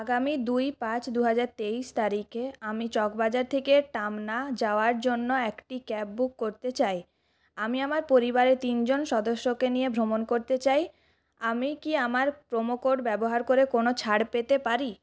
আগামী দুই পাঁচ দুহাজার তেইশ তারিখে আমি চক বাজার থেকে টামনা যাওয়ার জন্য একটা ক্যাব বুক করতে চাই আমি আমার পরিবারের তিনজন সদস্যকে নিয়ে ভ্রমণ করতে চাই আমি কি আমার প্রমো কোড ব্যবহার করে কোনো ছাড় পেতে পারি